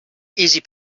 easy